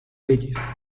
leyes